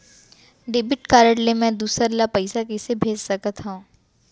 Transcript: Debit card ले मैं दूसर ला पइसा कइसे भेज सकत हओं?